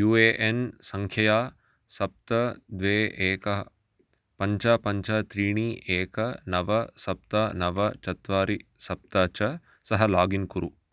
you A N सङ्ख्यया सप्त द्वे एक पञ्च पञ्च त्रीणि एक नव सप्त नव चत्वारि सप्त च सह लागिन् कुरु